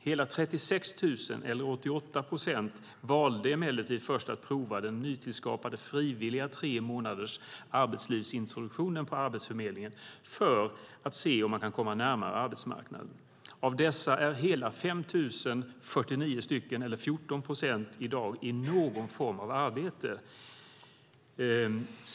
Hela 36 000, eller 88 procent, valde emellertid först att prova den nytillskapade frivilliga tre månaders arbetslivsintroduktionen på Arbetsförmedlingen för att se om man kan komma närmare arbetsmarknaden. Av dessa är hela 5 049 personer, eller 14 procent, i dag i någon form av arbete.